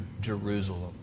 Jerusalem